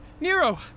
Nero